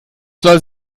soll